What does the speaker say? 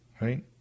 Right